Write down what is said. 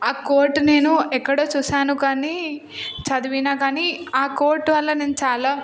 ఆ కోట్ నేను ఎక్కడో చూసాను కానీ చదివినా కానీ ఆ కోట్ వల్ల నేను చాలా